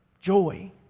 Joy